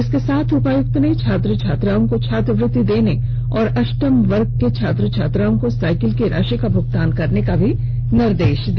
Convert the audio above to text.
इसके साथ उपायुक्त ने छात्र छात्राओं को छात्रवृत्ति देने और अष्टम वर्ग के छात्र छात्राओं को साइकिल की राशि का भुगतान करने का भी निर्देश दिया